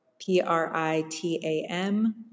P-R-I-T-A-M